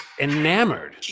enamored